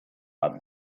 bat